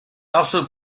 also